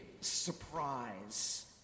surprise